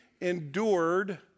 endured